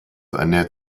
ernährt